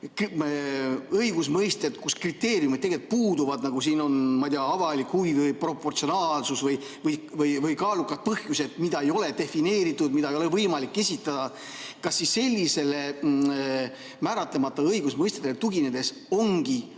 õigusmõisted, kus kriteeriumid puuduvad, nagu siin on "avalik huvi" või "proportsionaalsus" või "kaalukad põhjused", mida ei ole defineeritud, mida ei ole võimalik esitada, kas sellistele määratlemata õigusmõistetele tuginedes ongi